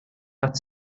hat